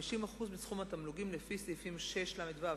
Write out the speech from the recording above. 50% מסכום התמלוגים לפי סעיפים 6לו(ב)